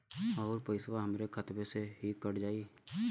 अउर पइसवा हमरा खतवे से ही कट जाई?